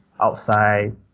outside